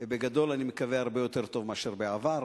בגדול, אני מקווה, הרבה יותר טוב מאשר בעבר.